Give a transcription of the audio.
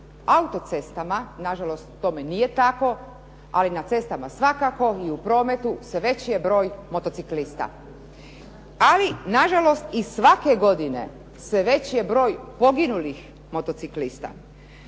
auto-cestama nažalost tome nije tako ali na cestama svakako i u prometu sve veći je broj motociklista. Ali nažalost i svake godine sve veći je broj poginulih motociklista.